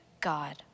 God